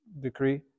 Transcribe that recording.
decree